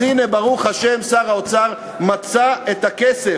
אז הנה, ברוך השם, שר האוצר מצא את הכסף.